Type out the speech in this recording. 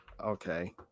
okay